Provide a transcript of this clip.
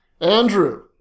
andrew